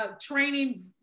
training